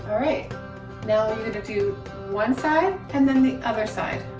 right now you're gonna do one side and then the other side.